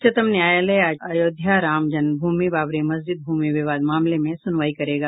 उच्चतम न्यायालय आज अयोध्या रामजन्म भूमि बाबरी मस्जिद भूमि विवाद मामले में सुनवाई करेगा